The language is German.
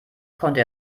konnte